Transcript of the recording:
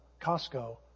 Costco